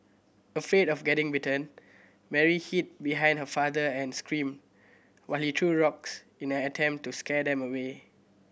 afraid of getting bitten Mary hid behind her father and screamed while he threw rocks in an attempt to scare them away